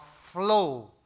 flow